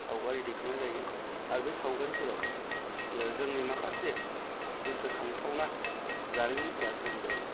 सावगारि दैखांनाय जायो आरो बै सावगारिफोराव जोंनि माखासे गोसोखांथावना जारिमिनफोरा सोरजिजायो